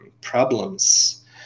problems